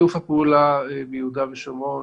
שיתוף הפעולה ביהודה ושומרון